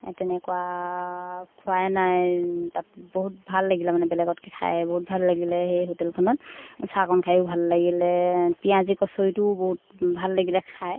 তেনেকুৱা খোৱাই নাই তাত বহুত ভাল লাগিলে মানে বেলেগতকৈ খায় বহুত ভাল লাগিলে সেই হোটেলখনত চাহকণ খায়ো ভাল লাগিলে পিঁয়াজী কচৰিটোও বহুত ভাল লাগিলে খায়